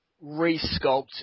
re-sculpt